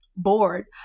bored